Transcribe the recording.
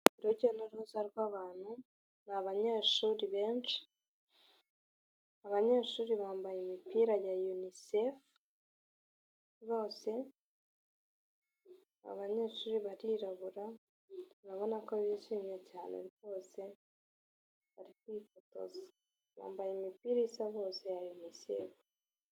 Urujya n'uruza rw'abantu ni abanyeshuri benshi, abanyeshuri bambaye imipira ya yunisefu, abanyeshuri barirabura turabona ko bishimye cyane rwose, bari kwifotoza bambaye imipira isa bose ya yunisefu.